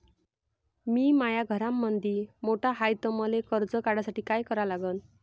मी माया घरामंदी मोठा हाय त मले कर्ज काढासाठी काय करा लागन?